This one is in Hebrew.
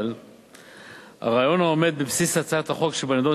אבל הרעיון העומד בבסיס הצעת החוק שבנדון